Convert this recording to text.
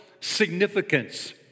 significance